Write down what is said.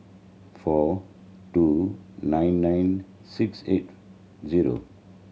four two nine nine six eight zero